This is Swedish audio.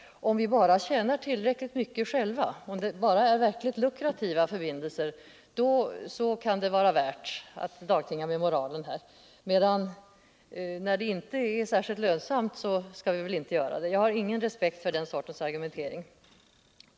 Man säger att om vi bara tjänar tillräckligt mycket själva — om det bara gäller verkligt lukrativa förbindelser — då kan det vara värt att dagtinga med moralen, men i de fall det inte är särskilt lönsamt skall vi inte göra det. Jag har ingen respekt för den sortens argumentering.